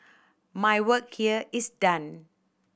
my work here is done